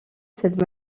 cette